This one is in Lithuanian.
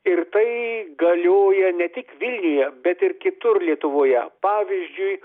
ir tai galioja ne tik vilniuje bet ir kitur lietuvoje pavyzdžiui